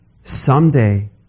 Someday